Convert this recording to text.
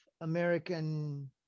american